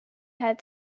had